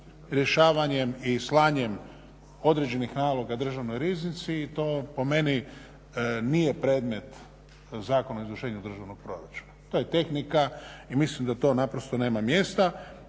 rješavanjem i slanjem određenih naloga Državnoj riznici i to po meni nije predmet Zakona o izvršenju državnog proračuna. To je tehnika i mislim da to naprosto nema mjesta,